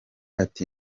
ati